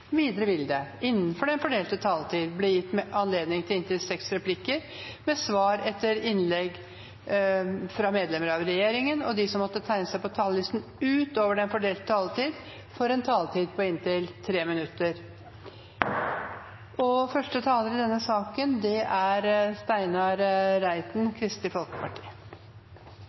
Videre vil det – innenfor den fordelte taletid – bli gitt anledning til inntil fem replikker med svar etter innlegg fra medlemmer av regjeringen, og de som måtte tegne seg på talerlisten utover den fordelte taletid, får en taletid på inntil 3 minutter. Jeg er første taler, men det betyr ikke at jeg er